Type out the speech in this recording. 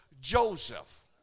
Joseph